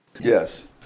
Yes